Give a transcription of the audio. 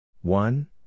One